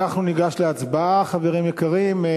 אנחנו ניגש להצבעה, חברים יקרים.